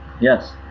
Yes